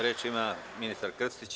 Reč ima ministar Krstić.